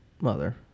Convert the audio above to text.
mother